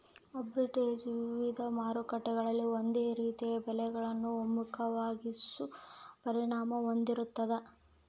arbitrage ವಿವಿಧ ಮಾರುಕಟ್ಟೆಗಳಲ್ಲಿ ಒಂದೇ ರೀತಿಯ ಬೆಲೆಗಳನ್ನು ಒಮ್ಮುಖವಾಗಿಸೋ ಪರಿಣಾಮ ಹೊಂದಿರ್ತಾದ